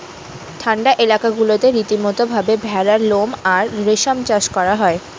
ঠান্ডা এলাকা গুলাতে রীতিমতো ভাবে ভেড়ার লোম আর রেশম চাষ করা হয়